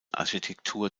architektur